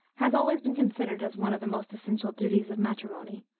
has always been considered as one of the most essential duties of matrimony,